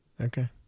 Okay